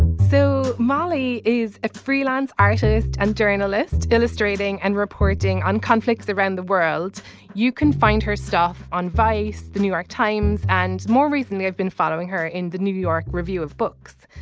so molly is a freelance artist and during a list illustrating and reporting on conflicts around the world you can find her stuff on vice the new york times and more recently i've been following her in the new york review of books.